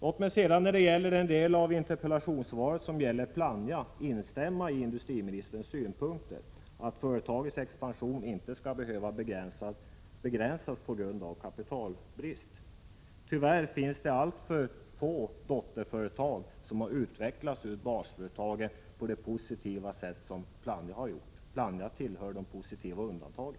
Låt mig när det gäller den del av interpellationssvaret som avser Plannja ansluta mig till industriministerns synpunkter, att företagens expansion inte skall behöva begränsas på grund av kapitalbrist. Tyvärr finns det alltför få dotterföretag som har utvecklats ur basföretaget på det positiva sätt som Plannja gjort. Plannja tillhör de positiva undantagen.